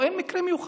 פה אין מקרה מיוחד.